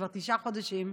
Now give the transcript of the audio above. כבר תשעה חודשים,